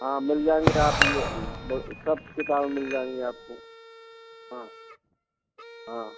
हाँ मिल जाएंगे आप हमें सब किताबें मिल जाएंगे आपको हाँ हाँ